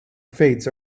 fates